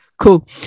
Cool